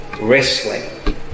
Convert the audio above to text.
wrestling